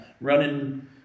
running